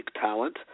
talent